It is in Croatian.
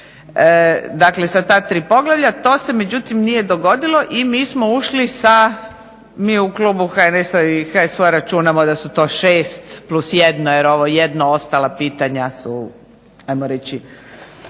Dakle, sa ta 3 poglavlja. To se međutim nije dogodilo i mi smo ušli sa, mi u klubu HNS-HSU-a, računamo da su to 6 + 1, jer ovo 1 ostala pitanja su ajmo reći